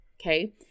okay